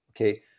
Okay